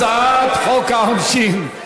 הצעת חוק העונשין,